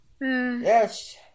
Yes